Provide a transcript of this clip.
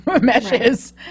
meshes